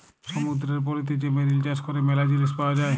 সমুদ্দুরের পলিতে যে মেরিল চাষ ক্যরে ম্যালা জিলিস পাওয়া যায়